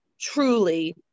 truly